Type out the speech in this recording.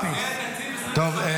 צביעות.